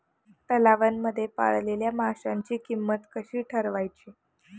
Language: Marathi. तलावांमध्ये पाळलेल्या माशांची किंमत कशी ठरवायची?